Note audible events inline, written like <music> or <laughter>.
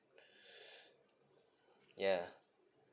<breath> yeah